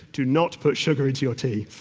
do not put sugar in your tea!